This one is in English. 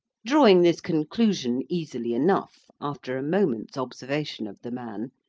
drawing this conclusion easily enough, after a moment's observation of the man,